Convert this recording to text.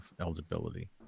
eligibility